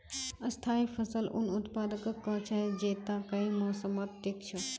स्थाई फसल उन उत्पादकक कह छेक जैता कई मौसमत टिक छ